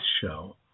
show